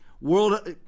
world